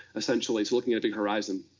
essentially, to looking at a big horizon.